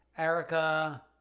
Erica